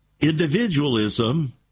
individualism